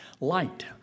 Light